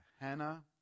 Hannah